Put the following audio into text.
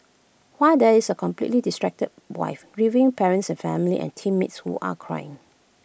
while there is A completely distracted wife grieving parents and family and teammates who are crying